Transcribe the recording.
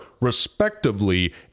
respectively